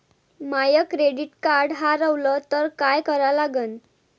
माय credit card हारवलं तर काय करा लागन?